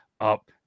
up